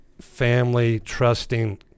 family-trusting